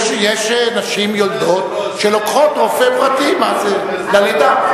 יש נשים יולדות שלוקחות רופא פרטי ללידה.